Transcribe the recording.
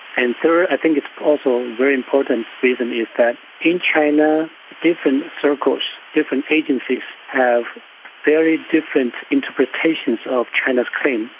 and third, i think it's also very important reason is that in china the different circles, different agencies, have very different interpretations of china's claim,